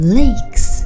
lakes